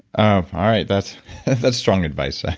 ah all right. that's that's strong advice. i